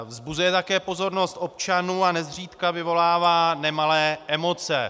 Vzbuzuje také pozornost občanů a nezřídka vyvolává nemalé emoce.